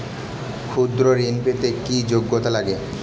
ক্ষুদ্র ঋণ পেতে কি যোগ্যতা লাগে?